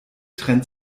trennt